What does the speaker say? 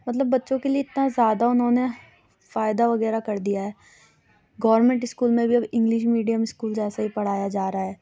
مطلب بچوں کے لیے اتنا زیادہ اُنہوں نے فائدہ وغیرہ کر دیا ہے گورمنٹ اسکول میں بھی اب انگلش میڈیم اسکول جیسا ہی پڑھایا جا رہا ہے